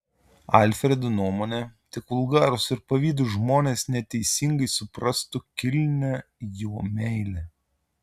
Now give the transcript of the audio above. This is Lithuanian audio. alfredo nuomone tik vulgarūs ir pavydūs žmonės neteisingai suprastų kilnią jo meilę